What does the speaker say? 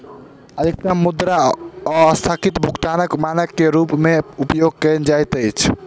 अधिकतम मुद्रा अस्थगित भुगतानक मानक के रूप में उपयोग कयल जाइत अछि